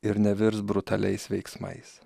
ir nevirs brutaliais veiksmais